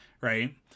right